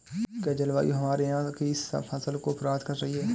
क्या जलवायु हमारे यहाँ की फसल को प्रभावित कर रही है?